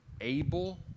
able